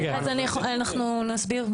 אז אנחנו נסביר.